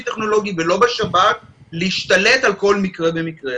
טכנולוגי ולא בשב"כ להשתלט על כל מקרה ומקרה.